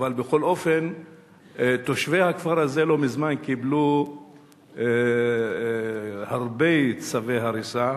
אבל בכל אופן תושבי הכפר הזה לא מזמן קיבלו הרבה צווי הריסה